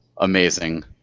amazing